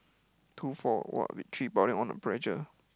two four what three probably want to pressure